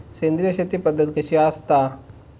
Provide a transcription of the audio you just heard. सेंद्रिय शेती पद्धत कशी असता?